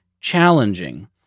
challenging